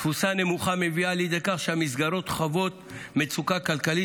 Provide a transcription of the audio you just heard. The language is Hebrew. תפוסה נמוכה מביאה לידי כך שהמסגרות חוות מצוקה כלכלית,